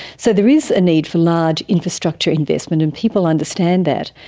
so there is a need for large infrastructure investment, and people understand that.